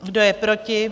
Kdo je proti?